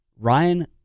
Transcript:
Ryan